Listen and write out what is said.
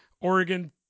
Oregon